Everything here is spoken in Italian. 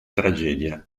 tragedia